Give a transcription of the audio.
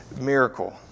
miracle